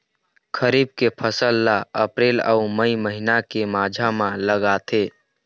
खरीफ के फसल ला अप्रैल अऊ मई महीना के माझा म लगाथे